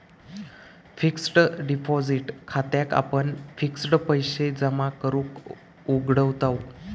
fixed deposit खात्याक आपण fixed पैशे जमा करूक उघडताव